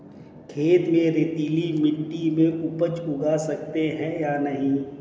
खेत में रेतीली मिटी में उपज उगा सकते हैं या नहीं?